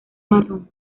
marrón